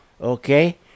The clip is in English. okay